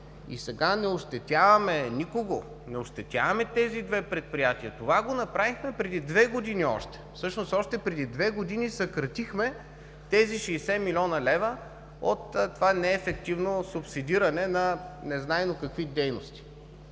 Сега не ощетяваме никого, не ощетяваме тези две предприятия. Това го направихме преди две години още. Всъщност още преди две години съкратихме тези 60 млн. лв. от това неефективно субсидиране на незнайно какви дейности.